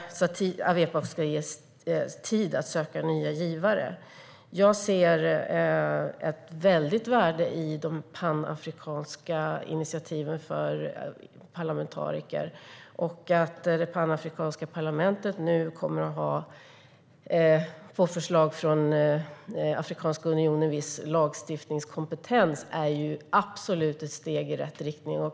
Awepa ska ges tid att söka nya givare. Jag ser ett stort värde i de panafrikanska initiativen för parlamentariker. Panafrikanska parlamentet kommer på förslag av Afrikanska unionen att få viss lagstiftningskompetens. Det är absolut ett steg i rätt riktning.